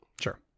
Sure